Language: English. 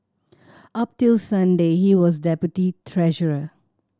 up till Sunday he was deputy treasurer